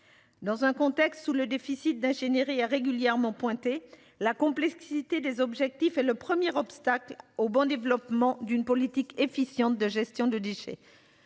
Dans un contexte où le déficit d'ingénierie a régulièrement pointé la complexité des objectifs et le premier obstacle au bon développement d'une politique efficiente de gestion de déchets